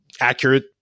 accurate